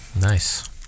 Nice